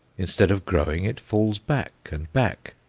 instead of growing it falls back and back,